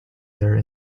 there